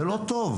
זה לא טוב.